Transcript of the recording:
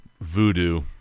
Voodoo